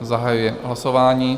Zahajuji hlasování.